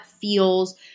feels